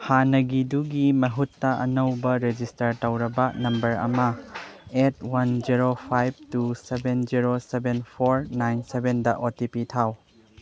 ꯍꯥꯟꯅꯒꯤꯗꯨꯒꯤ ꯃꯍꯨꯠꯇ ꯑꯅꯧꯕ ꯔꯦꯖꯤꯁꯇꯔ ꯇꯧꯔꯕ ꯅꯝꯕꯔ ꯑꯃ eight one zero five two seven zero seven four nine ꯁꯕꯦꯟꯗ ꯑꯣ ꯇꯤ ꯄꯤ ꯊꯥꯎ